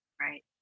Right